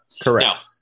Correct